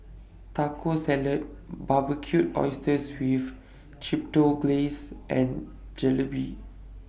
Taco Salad Barbecued Oysters with Chipotle Glaze and Jalebi